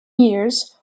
years